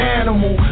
animal